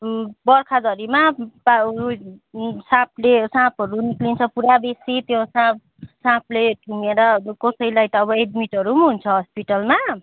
बर्खा झरीमा पा साँपले साँपहरू निक्लिन्छ पुरा बेसी त्यो साँप साँपले ठुँगेर कसैलाई त अब एड्मिटहरू पनि हुन्छ हस्पिटलमा